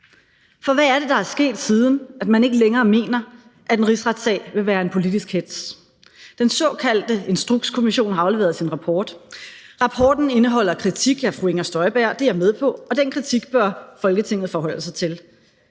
For hvad er det, der er sket, siden man ikke længere mener, at en rigsretssag vil være en politisk hetz? Den såkaldte Instrukskommission har afleveret sin rapport. Rapporten indeholder kritik af fru Inger Støjberg, det er jeg med på, og den kritik bør Folketinget forholde sig til.